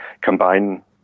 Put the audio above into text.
combine